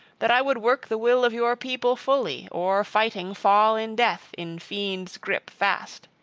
that i would work the will of your people fully, or fighting fall in death, in fiend's gripe fast.